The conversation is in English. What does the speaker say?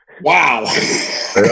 Wow